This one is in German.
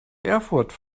erfurt